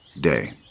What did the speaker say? day